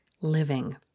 living